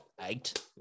eight